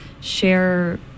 share